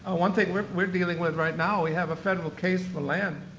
ah one thing we're we're dealing with right now we have a federal case for land,